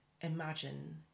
imagine